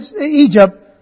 Egypt